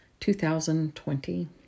2020